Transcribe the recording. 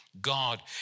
God